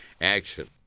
action